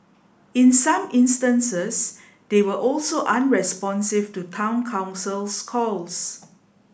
in some instances they were also unresponsive to Town Council's calls